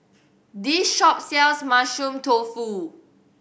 this shop sells Mushroom Tofu